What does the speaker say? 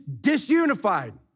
disunified